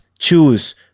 choose